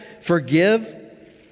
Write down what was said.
forgive